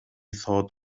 thought